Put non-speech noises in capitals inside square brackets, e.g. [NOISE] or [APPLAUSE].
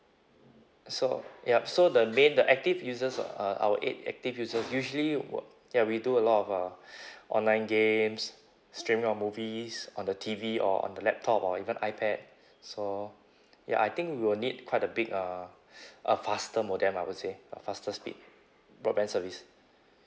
so yup so the main the active users uh uh our eight active users usually will ya we do a lot of uh [BREATH] online games streaming of movies on the T_V or on the laptop or even ipad so ya I think we will need quite a big uh a faster modem I would say a faster speed broadband service